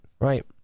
right